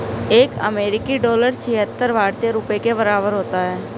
एक अमेरिकी डॉलर छिहत्तर भारतीय रुपये के बराबर होता है